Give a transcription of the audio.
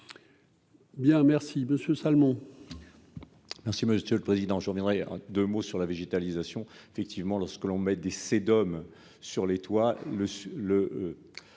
Bien, merci Monsieur Salmon.